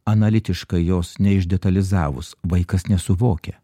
analitiškai jos neišdetalizavus vaikas nesuvokia